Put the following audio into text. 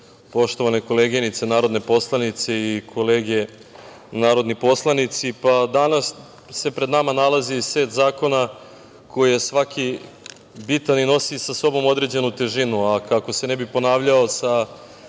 poštovane koleginice narodne poslanice i kolege narodni poslanici, danas se pred nama nalazi set zakona koji je svaki bitan i nosi sa sobom određenu težinu, a kako se ne bi ponavljao sa